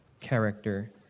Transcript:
character